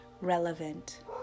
relevant